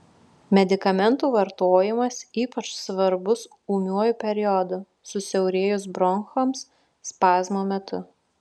medikamentų vartojimas ypač svarbus ūmiuoju periodu susiaurėjus bronchams spazmo metu